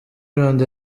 rwanda